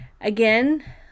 again